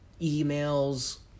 emails